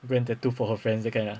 brand tattoos for her friends that kind ah